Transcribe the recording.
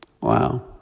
Wow